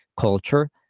culture